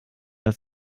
als